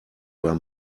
war